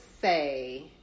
say